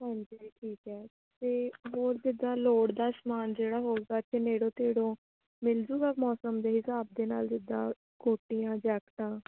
ਹਾਂਜੀ ਠੀਕ ਹੈ ਅਤੇ ਹੋਰ ਜਿੱਦਾਂ ਲੋੜ ਦਾ ਸਮਾਨ ਜਿਹੜਾ ਹੋਵੇਗਾ ਇੱਥੇ ਨੇੜੋ ਤੇੜੋ ਮਿਲ ਜੂਗਾ ਮੌਸਮ ਦੇ ਹਿਸਾਬ ਦੇ ਨਾਲ ਜਿੱਦਾਂ ਕੋਟੀਆਂ ਜੈਕਟਾਂ